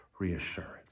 reassurance